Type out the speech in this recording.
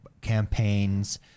campaigns